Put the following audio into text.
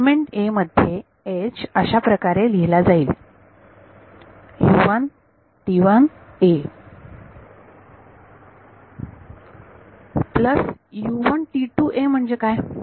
element a मध्ये H अशाप्रकारे लिहिला जाईल प्लस काय